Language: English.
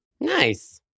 Nice